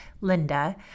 Linda